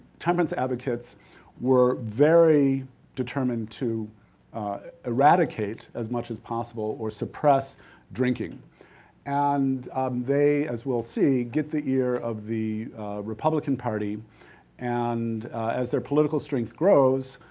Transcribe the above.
temperance advocates were very determined to eradicate as much as possible or suppress drinking and they, as we'll see, get the ear of the republican party and as their politic strength grows,